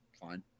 fine